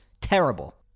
terrible